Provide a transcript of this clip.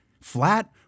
flat